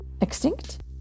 extinct